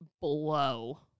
blow